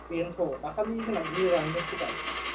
बेनोथ' दाखालि जोंना गोरानैनो फोबाय